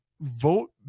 vote